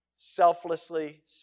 selflessly